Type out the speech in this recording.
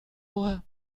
moi